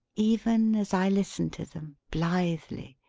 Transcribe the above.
even as i listen to them, blithely,